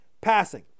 passing